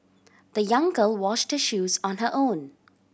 the young girl washed shoes on her own